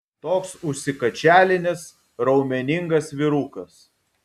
toks užsikačialinęs raumeningas vyrukas